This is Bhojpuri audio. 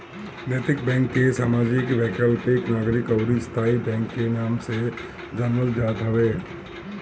नैतिक बैंक के सामाजिक, वैकल्पिक, नागरिक अउरी स्थाई बैंक के नाम से जानल जात हवे